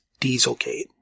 Dieselgate